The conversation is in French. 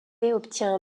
obtient